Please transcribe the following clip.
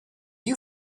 you